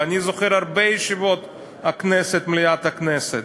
ואני זוכר הרבה ישיבות במליאת הכנסת,